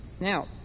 Now